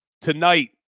tonight